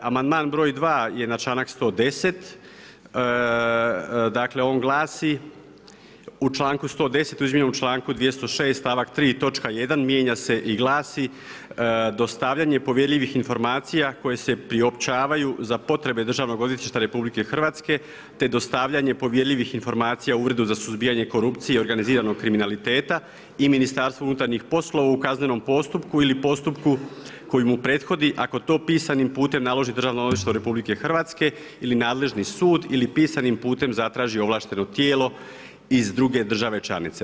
Amandman broj 2. je na članak 110. dakle on glasi, u članku 110. u izmijenjenom članku 206. stavak 3 točka 1 mijenja se i glasi, dostavljanje povjerljivih informacija, koje se priopćavaju za potrebe državnog odvjetništva RH, te dostavljanje povjerljivih informacija Uredu za suzbijanje korupcije, organiziranog kriminaliteta i Ministarstvu unutarnjih poslova u kaznenom postupku ili postupku koji mu prethodi, ako to pisanim putem naloži Državno odvjetništvo RH ili nadležni sud ili pisanim putem zatraži ovlašteno tijelo iz druge države članice.